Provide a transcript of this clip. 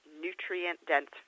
nutrient-dense